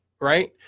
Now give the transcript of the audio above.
right